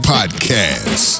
Podcast